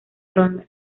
ronda